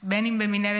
עם מינהלת תקומה,